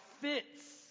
fits